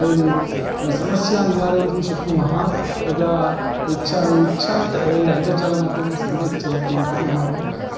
यदि समस्या निवारयितुं शक्नुमः तदा इच्छा इच्छा अन्तर्जाल माध्यमेन सम्यक् चलतीति मम अभिप्रायः